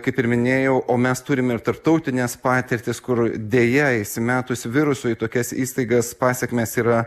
kaip ir minėjau o mes turim ir tarptautines patirtis kur deja įsimetus virusui į tokias įstaigas pasekmės yra